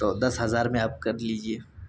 تو دس ہزار میں آپ کر لیجیے